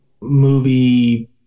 movie